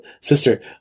sister